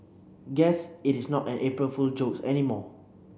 guess it is not an April Fool's joke anymore